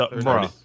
Bro